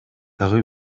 дагы